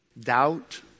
doubt